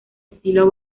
estilo